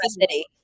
city